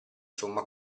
somma